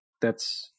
that's-